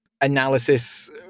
analysis